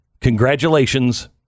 congratulations